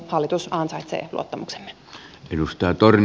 hallitus ansaitsee luottamuksemme